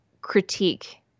critique